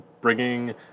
bringing